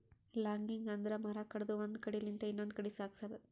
logging ಅಂದ್ರ ಮರ ಕಡದು ಒಂದ್ ಕಡಿಲಿಂತ್ ಇನ್ನೊಂದ್ ಕಡಿ ಸಾಗ್ಸದು